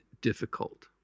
difficult